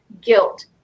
guilt